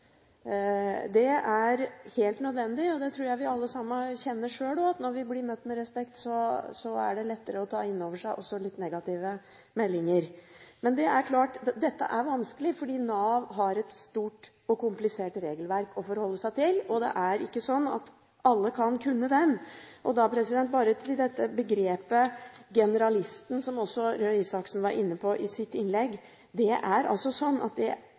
Det er helt nødvendig. Jeg tror vi alle sammen kjenner sjøl at når vi blir møtt med respekt, er det lettere å ta inn over seg også litt negative meldinger. Men dette er vanskelig fordi Nav har et stort og komplisert regelverk å forholde seg til, og det er ikke sånn at alle skal kunne det. Så til begrepet «generalistmodell», som også Røe Isaksen var inne på i sitt innlegg. Det er